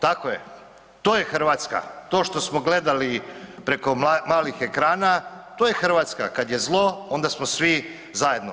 Tako je, to je Hrvatska, to što smo gledali preko malih ekrana to je Hrvatska, kad je zlo onda smo svi zajedno.